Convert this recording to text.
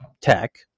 tech